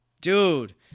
Dude